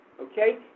Okay